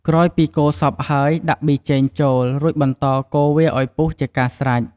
ក្រោយពីកូរសព្វហើយ ដាក់ប៊ីចេងចូល រួចបន្តកូរវាឱ្យពុះជាការស្រេច។